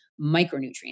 micronutrients